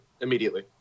immediately